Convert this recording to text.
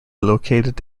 located